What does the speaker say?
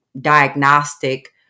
diagnostic